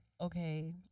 Okay